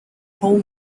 home